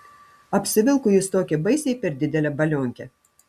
apsivilko jis tokią baisiai per didelę balionkę